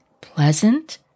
pleasant